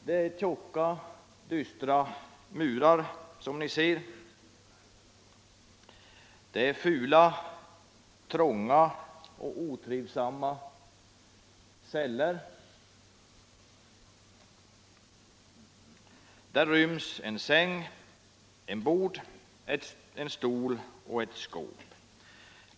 Det är tjocka dystra murar, fula, trånga och otrivsamma celler. I dem ryms en säng, ett bord, en stol och ett skåp.